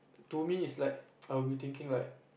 to me it's like I'll be thinking like